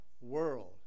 world